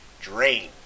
drained